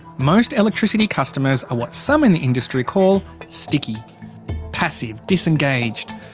most electricity customers are what some in the industry call sticky passive, disengaged.